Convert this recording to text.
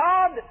God